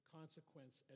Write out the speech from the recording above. consequence